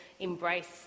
embrace